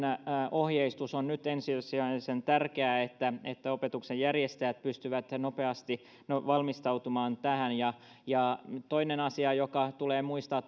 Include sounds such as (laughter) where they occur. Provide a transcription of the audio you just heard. ohjeistus on nyt ensisijaisen tärkeä että opetuksen järjestäjät pystyvät nopeasti valmistautumaan tähän ja ja toinen asia joka tulee muistaa (unintelligible)